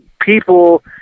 people